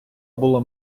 було